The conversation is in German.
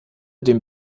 dem